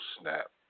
snap